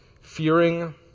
fearing